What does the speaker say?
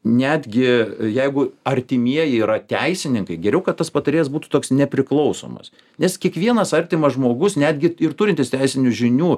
netgi jeigu artimieji yra teisininkai geriau kad tas patarėjas būtų toks nepriklausomas nes kiekvienas artimas žmogus netgi ir turintis teisinių žinių